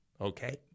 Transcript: okay